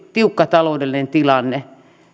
tiukka taloudellinen tilanne